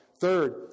Third